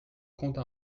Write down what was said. comptes